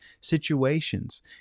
situations